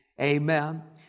amen